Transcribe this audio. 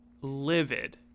livid